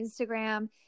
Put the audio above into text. Instagram